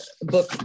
book